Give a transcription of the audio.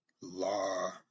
Law